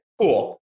cool